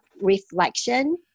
reflection